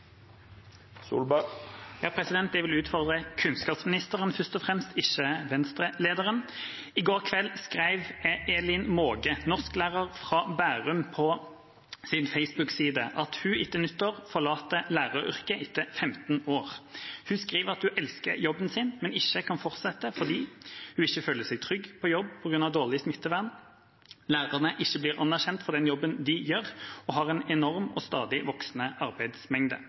Jeg vil utfordre kunnskapsministeren først og fremst – ikke Venstre-lederen. I går kveld skrev Elin Måge, norsklærer fra Bærum, på sin Facebook-side at hun etter nyttår forlater læreryrket etter 15 år. Hun skriver at hun elsker jobben sin, men ikke kan fortsette fordi hun ikke føler seg trygg på jobb på grunn av dårlig smittevern, at lærerne ikke blir anerkjent for den jobben de gjør, og har en enorm og stadig voksende arbeidsmengde.